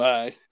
Bye